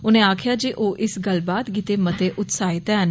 उनें आक्खेआ जे ओह् इस गल्लबात गित्ते मते उत्साहित ऐन